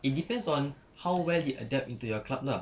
it depends on how well he adapt into their club lah